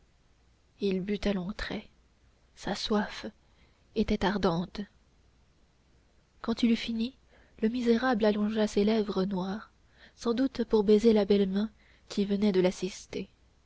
il but à longs traits sa soif était ardente quand il eut fini le misérable allongea ses lèvres noires sans doute pour baiser la belle main qui venait de l'assister